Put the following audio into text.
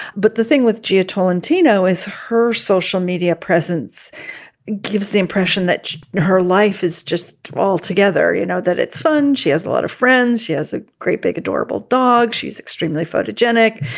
but the thing with gia tolentino is her social media presence gives the impression that her life is just altogether, you know, that it's fun. she has a lot of friends. she has a great big, adorable dog. she's extremely photogenic.